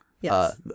Yes